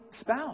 spouse